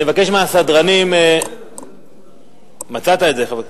אני מבקש מהסדרנים, מצאת את זה, חבר הכנסת.